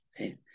okay